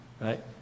right